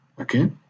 okay